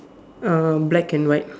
uh black and white